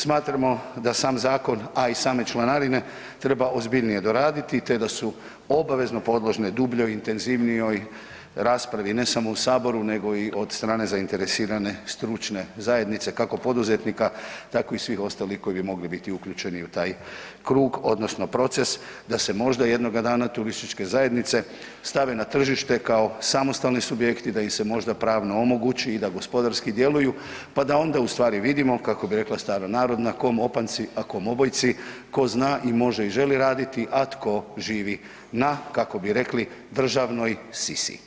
Smatramo da sam zakon, a i same članarine treba ozbiljnije doraditi te da su obavezno podložne dubljoj i intenzivnijoj raspravi ne samo u Saboru nego i od strane zainteresirane stručne zajednice kako poduzetnika tako i svih ostalih koji bi mogli biti uključeni u taj krug odnosno proces da se možda jednoga dana turističke zajednice stave na tržište kao samostalni subjekti, da im se možda pravno omogući i da gospodarski djeluju pa da onda vidimo kakao bi rekla stara narodna, kom opanci, a kom obojci, tko zna i može i želi raditi, a tko živi na kako bi rekli na državnoj sisi.